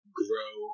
grow